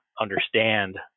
understand